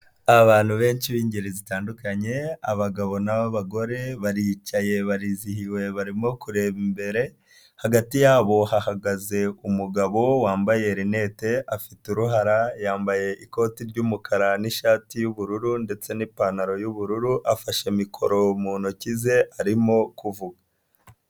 Abantu benshi b'ingeri zitandukanye abagabo n'abagore baricaye barizihiwe barimo kureba imbere, hagati yabo hahagaze umugabo wambaye rineti afite uruhara, yambaye ikoti ry'umukara n'ishati y'ubururu ndetse n'ipantaro y'ubururu, afashe mikoro mu ntoki ze arimo kuvuga.